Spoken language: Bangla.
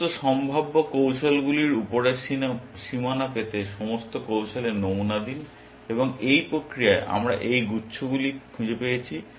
সমস্ত সম্ভাব্য কৌশলগুলির উপরের সীমানা পেতে সমস্ত কৌশলের নমুনা নিন এবং এই প্রক্রিয়ায় আমরা এই গুচ্ছগুলি খুঁজে পেয়েছি